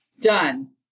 Done